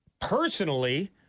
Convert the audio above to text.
Personally